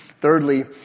Thirdly